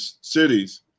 cities